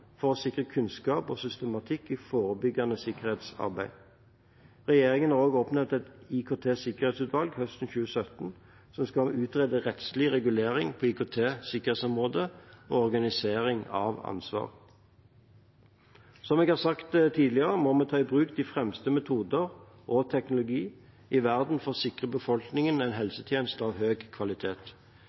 for å sikre kunnskap og systematikk i forebyggende sikkerhetsarbeid. Regjeringen har også høsten 2017 oppnevnt et IKT-sikkerhetsutvalg, som skal utrede rettslig regulering på IKT-sikkerhetsområdet og organisering av ansvar. Som jeg har sagt tidligere, må vi ta i bruk de fremste metoder og teknologier i verden for å sikre befolkningen en helsetjeneste av høy kvalitet.